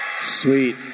Sweet